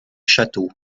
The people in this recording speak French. chateau